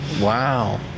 Wow